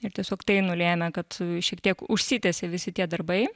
ir tiesiog tai nulėmė kad šiek tiek užsitęsė visi tie darbai